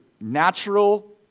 natural